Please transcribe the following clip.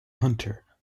hunter